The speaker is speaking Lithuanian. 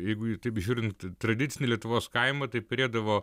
jeigu taip žiūrint tradicinį lietuvos kaimą tai perėdavo